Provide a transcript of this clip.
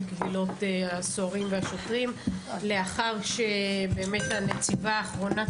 קבילות הסוהרים והשוטרים לאחר שהנציבה האחרונה,